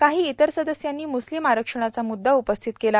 काही इतर सदस्यांनी मुस्लिम आरक्षणाचा मुद्दा उपस्थित केला